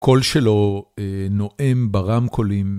קול שלו נואם ברמקולים.